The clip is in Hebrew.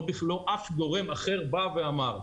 לא אף גורם אחר בא ואמר.